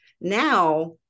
Now